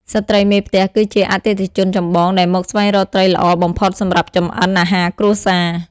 ស្ត្រីមេផ្ទះ គឺជាអតិថិជនចម្បងដែលមកស្វែងរកត្រីល្អបំផុតសម្រាប់ចម្អិនអាហារគ្រួសារ។